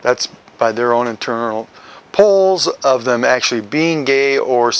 that's by their own internal polls of them actually being gay or